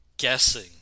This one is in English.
guessing